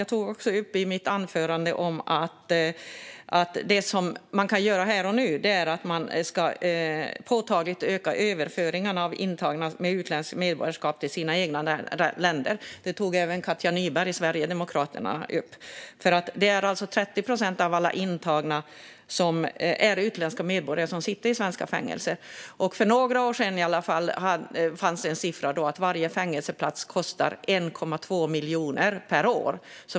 Jag tog också i mitt anförande upp att det man kan göra här och nu är att påtagligt öka överföringarna av intagna med utländskt medborgarskap till deras egna länder; detta tog även Katja Nyberg från Sverigedemokraterna upp. Det är alltså 30 procent av alla intagna i svenska fängelser som är utländska medborgare. För några år sedan kostade varje fängelseplats, enligt siffror som fanns då, 1,2 miljoner per år.